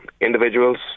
individuals